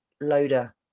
loader